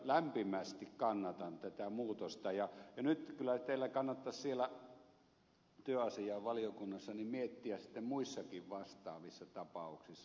lämpimästi kannatan tätä muutosta ja nyt kyllä teidän kannattaisi siellä työasiainvaliokunnassa miettiä tätä sitten muissakin vastaavissa tapauksissa